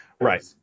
Right